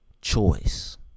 choice